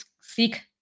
Seek